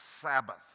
Sabbath